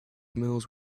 mills